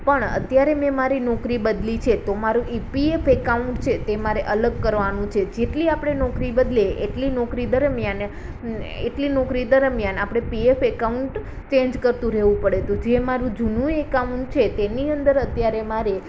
પણ અત્યારે મેં મારી નોકરી બદલી છે તો મારું ઇ પી એફ એકાઉન્ટ છે તે મારે અલગ કરવાનું છે જેટલી આપણે નોકરી બદલે એટલી નોકરી દરમ્યાન એટલી નોકરી દરમ્યાન આપણે પી એફ એકાઉન્ટ ચેન્જ કરતું રહેવું પડે તો જે અમારું જૂનું એકાઉન્ટ છે તેની અંદર અત્યારે મારે